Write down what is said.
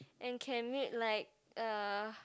and can meet like uh